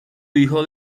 hijo